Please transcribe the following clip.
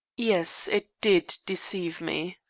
yes. it did deceive me.